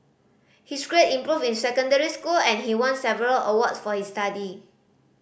his grade improved in secondary school and he won several awards for his study